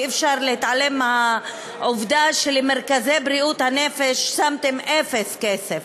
אי-אפשר להתעלם מהעובדה שלמרכזי בריאות הנפש שמתם אפס כסף.